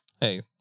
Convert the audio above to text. hey